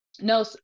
no